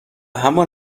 همان